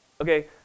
Okay